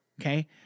Okay